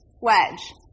wedge